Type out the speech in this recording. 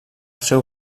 seu